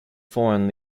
foreign